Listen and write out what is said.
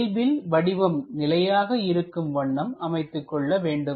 இயல்பில் வடிவம் நிலையாக இருக்கும் வண்ணம் அமைத்துக் கொள்ள வேண்டும்